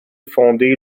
fondé